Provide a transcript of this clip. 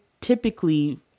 typically